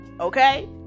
okay